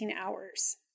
hours